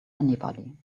anybody